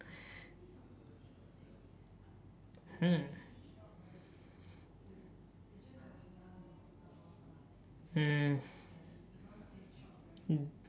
hmm mm